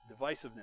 Divisiveness